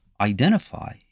identify